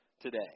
today